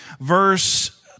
verse